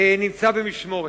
נמצא במשמורת.